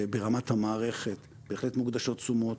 ברמת המערכת בהחלט מוקדשות תשומות,